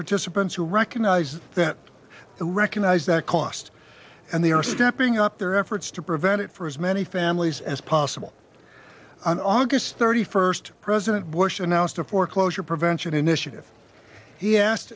participants who recognize that and recognize cost and they are stepping up their efforts to prevent it for as many families as possible on august thirty first president bush announced a foreclosure prevention initiative he